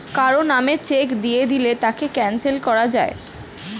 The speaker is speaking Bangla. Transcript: কারো নামে চেক দিয়ে দিলে তাকে ক্যানসেল করা যায়